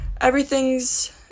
Everything's